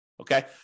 Okay